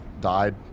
died